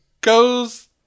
goes